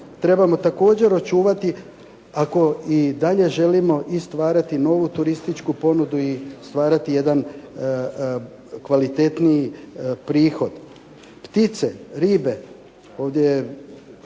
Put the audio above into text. trebamo također očuvati ako i dalje želimo i stvarati novu turističku ponudu i stvarati jedan kvalitetniji prihod. Ptice, ribe, ovdje